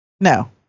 No